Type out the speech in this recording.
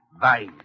bye